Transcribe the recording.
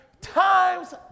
Time's